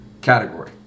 category